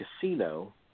Casino